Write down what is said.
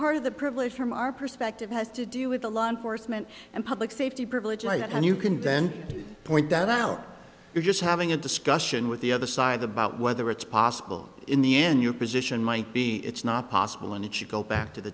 part of the privilege from our perspective has to do with the law enforcement and public safety privilege like that and you can then point that out you're just having a discussion with the other side about whether it's possible in the end your position might be it's not possible and it should go back to the